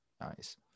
Nice